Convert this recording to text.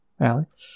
Alex